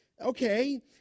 Okay